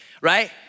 Right